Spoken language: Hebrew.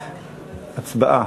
הצבעה.